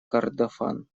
кордофан